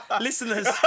Listeners